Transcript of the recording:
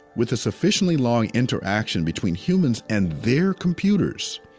with a sufficiently long interaction between humans and their computers,